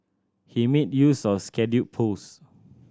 he made use of scheduled post